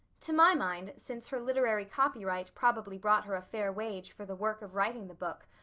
to my mind, since her literary copyright probably brought her a fair wage for the work of writing the book,